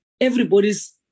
everybody's